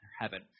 heaven